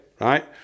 right